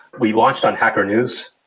we launched on hacker news,